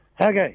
Okay